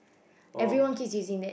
everyone keeps using that